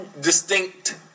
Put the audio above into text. distinct